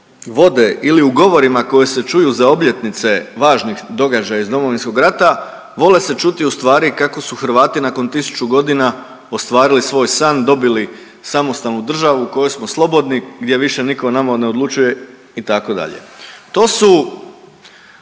vode ili u govorima koji se čuju za obljetnice važnih događaja iz Domovinskog rata vole se čuti ustvari kako su Hrvati nakon 1000.g. ostvarili svoj san, dobili samostalnu državu u kojoj smo slobodni, gdje više niko o nama ne odlučuje itd.. To su